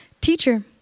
teacher